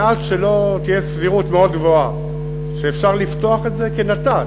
ועד שלא תהיה סבירות מאוד גבוהה שאפשר לפתוח את זה כנת"צ,